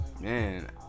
man